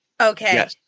Okay